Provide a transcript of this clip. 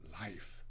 life